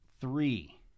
Three